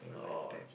oh oh okay